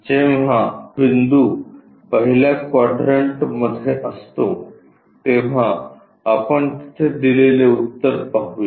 जेव्हा बिंदू पहिल्या क्वाड्रंटमध्ये असतो तेव्हा आपण तिथे दिलेले उत्तर पाहू या